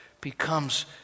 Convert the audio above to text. becomes